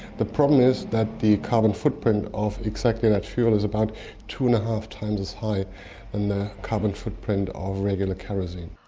the problem is that the carbon footprint of exactly that fuel is about two-and-a-half times as high than and the carbon footprint of regular kerosene.